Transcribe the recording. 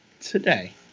today